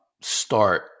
start